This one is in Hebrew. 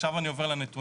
עכשיו אני עובר לנתונים.